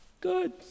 good